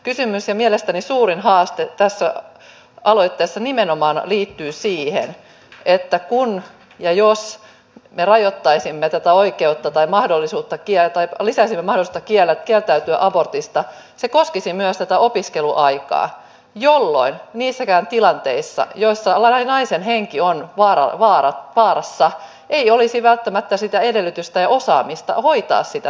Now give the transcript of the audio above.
kysymys ja mielestäni suurin haaste tässä aloitteessa nimenomaan liittyy siihen että kun ja jos me lisäisimme tätä oikeutta tai mahdollisuutta kieltäytyä abortista se koskisi myös tätä opiskeluaikaa jolloin niissäkään tilanteissa joissa naisen henki on vaarassa ei olisi välttämättä sitä edellytystä ja osaamista hoitaa sitä tilannetta